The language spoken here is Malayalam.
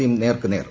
സിയും നേർക്കുനേർ